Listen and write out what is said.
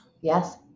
Yes